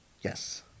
Yes